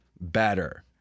better